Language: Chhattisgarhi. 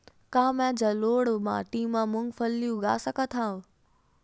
का मैं जलोढ़ माटी म मूंगफली उगा सकत हंव?